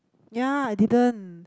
ya I didn't